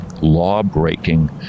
law-breaking